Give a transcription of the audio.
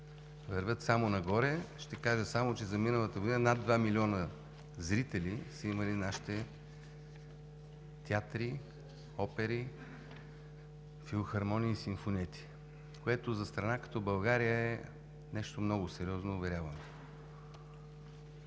вървят само нагоре. Ще кажа само, че за миналата година над два милиона зрители са имали нашите театри, опери, филхармонии и симфониети, което за страна като България е нещо много сериозно, уверявам